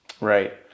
Right